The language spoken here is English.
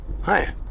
hi